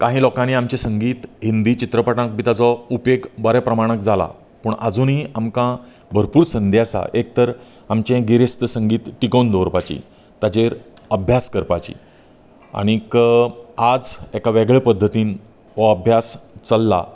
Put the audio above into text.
काही लोकांनी आमचे संगीर हिंदी चित्रपटांत बी ताजो उपेग बऱ्या प्रमाणांक जाला पूण आजूनी आमकां भरपूर संदी आसा एक तर आमचे गिरेस्त संगीत टिकोवन दवरपाची ताचेर अभ्यास करपाची आनीक आज एका वेगळ्या पध्दतीन हो अभ्यास चल्ला